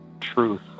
truth